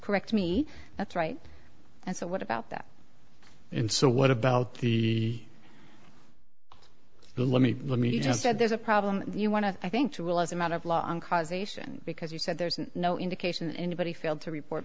correct me that's right and so what about that and so what about the let me let me just said there's a problem you want to i think to realize i'm out of law on causation because you said there's no indication anybody failed to report